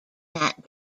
that